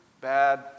bad